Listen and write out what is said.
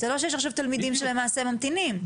זה לא שיש תלמידים שלמעשה ממתינים.